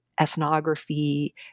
ethnography